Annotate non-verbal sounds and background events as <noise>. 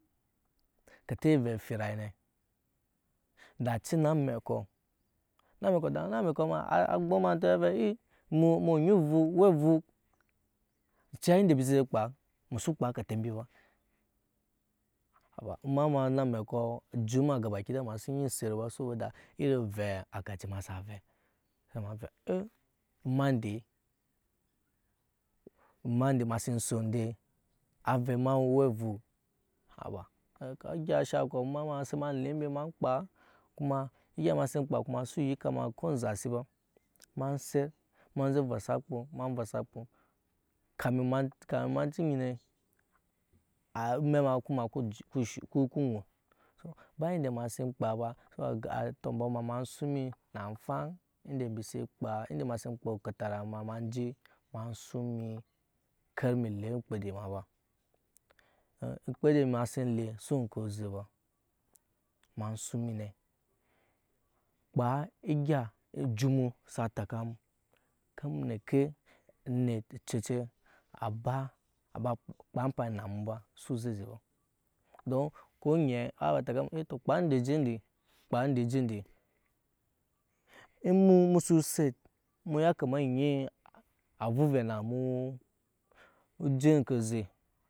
Kate ovɛ amfira ne da ce na amɛkɔ na amɛkɔ <hesitation> agbɔŋama vɛɛ ciya ende embi si je kpaa musu kpaa kete mbi b haba ema mma na amɛkɔ ejut ema gaba kida ema si enyi eset ba sabo da iri ovɛ agaje sa vɛ se ema evɛ eh ema ndee avɛ ema we owɛ vuu haba egya eshaŋ ko ema ma si mba lee mbe ema kpaa kuma egya ema si kpaa kuma su ba yika ko inzasi ba ema set ema ze envɔ sa kpo ema si kpaa kuma su ba yika ko inzasi ba ema set em ze envɔ sa kpo ema vɔsa kpa kami ema kami ema ci nyine ba ende amɛk ma ku ŋun ema si nkpaa ba so atɔmbɔ ema suŋ ema nsuŋ emi na afaŋ ende embi si kpaa ende ema si ŋkpaa ekatara ema je ema je ema suŋ ker emi lee mkpede ema ba mkede ema sin lee su we nku oze ba ema suŋ emi ne kpaa egya ejut emu sa teke emu ker emu neke onit a cɛcɛt aba ba kpaa ampani nna emu ba su zze eze be don ko onyɛ aba teke ende rɛ kpaa ende je ende kpaa ende je onum emu su set emu ya kama onyii a vuvɛ namu uje onke oze.